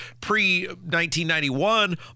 pre-1991